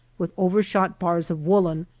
with overshot bars of woolen,